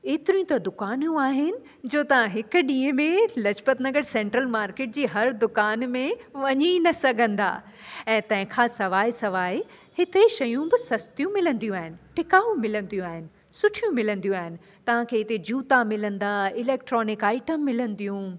एतिरियूं त दुकानियूं आहिनि जो तव्हां हिक ॾींहं में लाजपत नगर सेंट्रल मार्केट जी हर दुकान में वञी न सघंदा ऐं तंहिंखां सवाइ सवाइ हिते शयूं बि सस्तियूं मिलंदियूं आहिनि टिकाऊ मिलंदियूं आहिनि सुठियूं मिलंदियूं आहिनि तव्हांखे हिते जूता मिलंदा इलेक्ट्रॉनिक आइटम मिलंदियूं